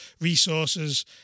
resources